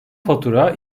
fatura